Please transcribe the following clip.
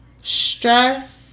Stress